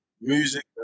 Music